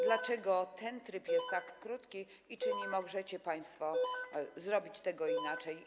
Dlaczego ten tryb jest tak krótki i czy nie możecie państwo zrobić tego inaczej?